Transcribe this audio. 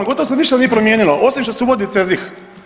Gotovo se ništa nije promijenilo osim što se uvodi CEZIH.